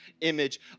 image